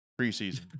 preseason